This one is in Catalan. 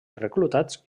reclutats